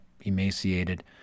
emaciated